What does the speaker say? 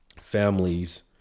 families